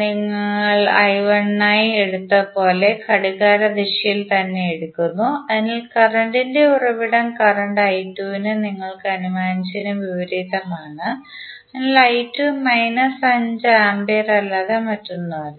ഞങ്ങൾ നായി എടുത്തതുപോലെ ഘടികാരദിശയിൽ എടുക്കുന്നു എന്നാൽ കറന്റ് ഉറവിടം കറന്റ് ന് നിങ്ങൾ അനുമാനിച്ചതിന് വിപരീതമാണ് അതിനാൽ മൈനസ് 5 ആമ്പിയർ അല്ലാതെ മറ്റൊന്നുമല്ല